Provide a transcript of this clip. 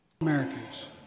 Americans